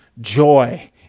joy